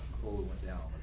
cola went down,